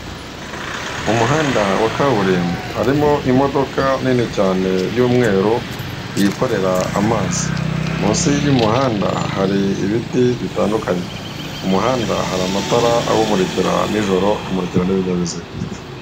Umuhanda wa kaburimbo harimo imodoka nini cyane y'umweru yikorera amazi, munsi y'umuhanda hari ibiti bitandukanye, ku muhanda hari amatara abamurikira nijoro akamurikira n'ibinyabiziga.